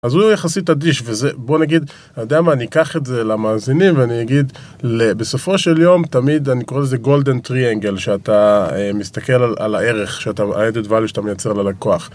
אז הוא יחסית אדיש, בואו נגיד, אתה יודע מה, אני אקח את זה למאזינים ואני אגיד, בסופו של יום, תמיד אני קורא לזה גולדן טריאנגל, שאתה מסתכל על הערך, האדד ואליו שאתה מייצר ללקוח.